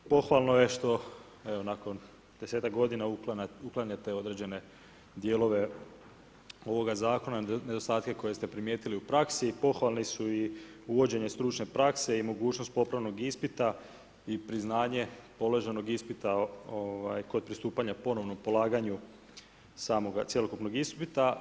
Pohvalno je što, evo nakon 10-ak godina uklanjate određene dijelove ovoga zakona i nedostatke koje ste primijetili u praksi i pohvalni su i uvođenje stručne prakse i mogućnost popravnog ispita i priznanje položenog ispita kod pristupanja ponovnog polaganju samoga, cjelokupnog ispita.